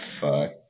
Fuck